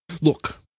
Look